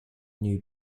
new